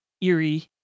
eerie